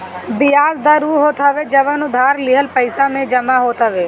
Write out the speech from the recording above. बियाज दर उ होत हवे जवन उधार लिहल पईसा पे जमा होत हवे